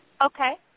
Okay